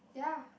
ya